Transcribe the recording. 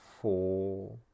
Four